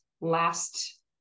last